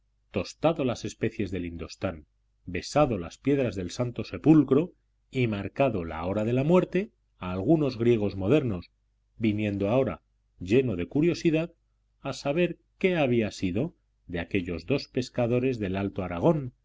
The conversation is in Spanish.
tostado las especias del indostán besado las piedras del santo sepulcro y marcado la hora de la muerte a algunos griegos modernos viniendo ahora lleno de curiosidad a saber qué había sido de aquellos dos pescadores del alto aragón